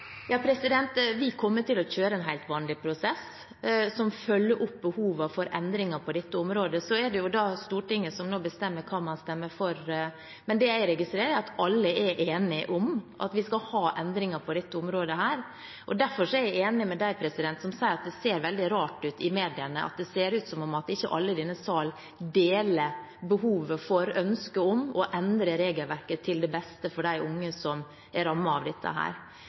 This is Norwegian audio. prosess som følger opp behovet for endringer på dette området. Så er det Stortinget som nå bestemmer hva man stemmer for, men det jeg registrerer, er at alle er enige om at vi skal ha endringer på dette området. Derfor er jeg enig med dem som sier at det ser veldig rart ut i mediene, at det ser ut som om ikke alle i denne sal deler behovet for og ønsket om å endre regelverket til det beste for de unge som er rammet av dette.